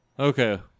Okay